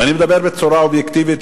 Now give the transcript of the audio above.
ואני מדבר בצורה אובייקטיבית,